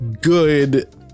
good